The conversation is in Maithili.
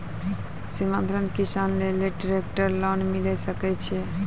सीमांत किसान लेल ट्रेक्टर लोन मिलै सकय छै?